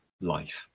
life